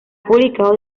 publicado